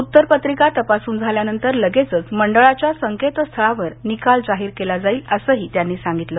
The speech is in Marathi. उत्तरपत्रिका तपासून झाल्यानंतर लगेचच मंडळाच्या संकेत स्थळावर निकाल जाहीर केला जाईल असंही ते म्हणाले